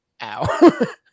ow